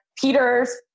Peter's